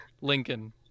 Lincoln